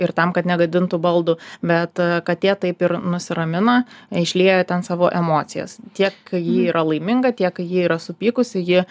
ir tam kad negadintų baldų bet katė taip ir nusiramina išlieja ten savo emocijas tiek kai ji yra laiminga tiek kai ji yra supykusi ji